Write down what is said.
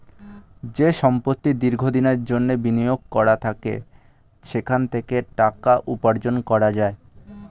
যে সম্পত্তি দীর্ঘ দিনের জন্যে বিনিয়োগ করা থাকে সেখান থেকে টাকা উপার্জন করা যায়